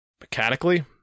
Mechanically